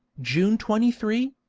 june twenty three,